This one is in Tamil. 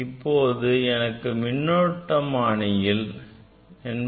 இப்போது எனக்கு மின்னோட்டமனியில் 88